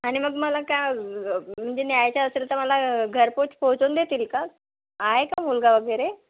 आणि मग मला काय म म्हणजे न्यायचं असेल तर मला घरपोच पोहचून देतील का आहे का मुलगा वगैरे